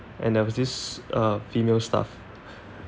and there was this uh female staff